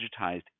digitized